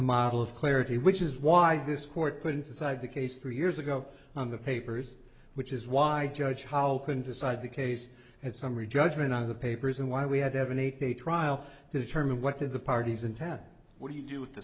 model of clarity which is why this court couldn't decide the case three years ago on the papers which is why i judge how can decide the case as summary judgment on the papers and why we had to have an eight day trial to determine what did the parties intent what do you do with the